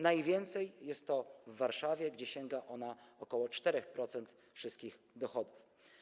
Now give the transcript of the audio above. Najwięcej jest w Warszawie, gdzie sięgają one ok. 4% wszystkich dochodów.